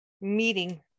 meeting